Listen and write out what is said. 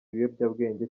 ibiyobyabwenge